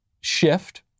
shift